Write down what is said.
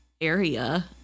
area